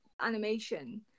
animation